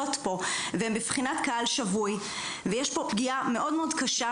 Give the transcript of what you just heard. פה והם בבחינת קהל שבוי ויש פה פגיעה מאוד מאוד קשה,